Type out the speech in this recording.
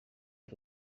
iyi